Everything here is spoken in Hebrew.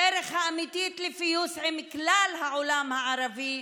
הדרך האמיתית לפיוס עם כלל העולם הערבי,